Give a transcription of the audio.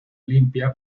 olimpia